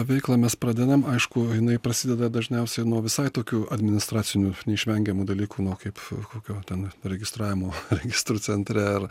veiklą mes pradedam aišku jinai prasideda dažniausiai nuo visai tokių administracinių neišvengiamų dalykų nuo kaip kokio ten registravimo registrų centre ar